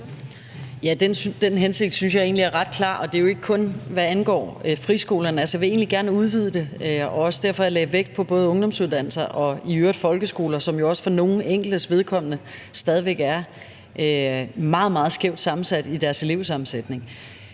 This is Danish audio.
Ja, den hensigt synes jeg egentlig er ret klar, og det er jo ikke kun, hvad angår friskolerne. Altså, jeg vil egentlig gerne udvide det, og det er også derfor, jeg lagde vægt på både ungdomsuddannelser og folkeskoler, som jo også for nogle enkeltes vedkommende stadig væk har en meget, meget skæv elevsammensætning.